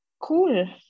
Cool